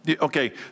Okay